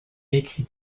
écrit